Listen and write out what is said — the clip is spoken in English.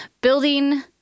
building